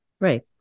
Right